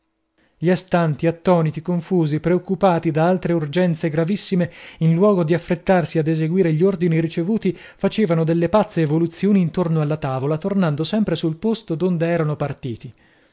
gli astanti attoniti confusi preoccupati da altre urgenze gravissime in luogo di affrettarsi ad eseguire gli ordini ricevuti facevano delle pazze evoluzioni intorno alla tavola tornando sempre sul posto d'onde erano partiti